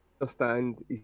understand